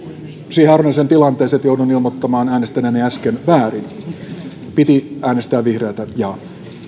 siihen harvinaiseen tilanteeseen että joudun ilmoittamaan äänestäneeni äsken väärin piti äänestää vihreätä jaa